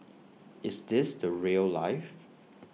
is this the rail life